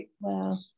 wow